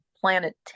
Planet